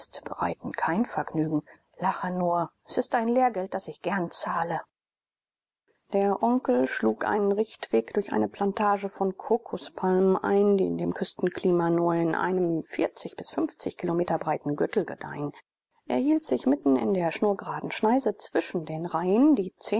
bereiten kein vergnügen lache nur es ist ein lehrgeld das ich gern zahle der onkel schlug einen richtweg durch eine plantage von kokospalmen ein die in dem küstenklima nur in einem vierzig bis fünfzig kilometer breiten gürtel gedeihen er hielt sich mitten in der schnurgeraden schneise zwischen den reihen die